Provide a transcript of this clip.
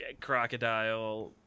crocodile